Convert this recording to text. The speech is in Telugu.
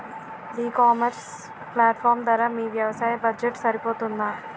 ఈ ఇకామర్స్ ప్లాట్ఫారమ్ ధర మీ వ్యవసాయ బడ్జెట్ సరిపోతుందా?